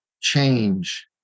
change